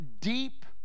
deep